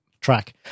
track